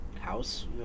House